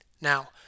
Now